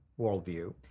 worldview